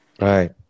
Right